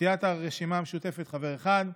סיעת הרשימה המשותפת, חבר אחד,